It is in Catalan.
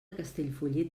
castellfollit